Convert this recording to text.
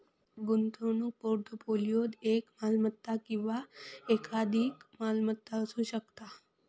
गुंतवणूक पोर्टफोलिओत एक मालमत्ता किंवा एकाधिक मालमत्ता असू शकता